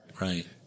Right